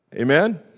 Amen